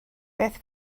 beth